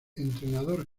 entrenador